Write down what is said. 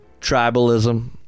tribalism